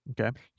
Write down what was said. Okay